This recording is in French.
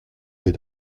des